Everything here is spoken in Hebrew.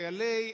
חיילי